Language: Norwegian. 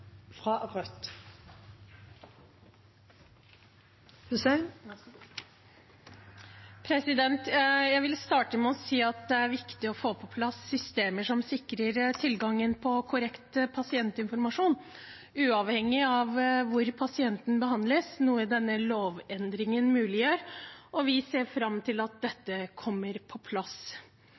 Jeg vil starte med å si at det er viktig å få på plass systemer som sikrer tilgangen på korrekt pasientinformasjon uavhengig av hvor pasienten behandles, noe denne lovendringen muliggjør. Vi ser fram til at dette kommer på plass.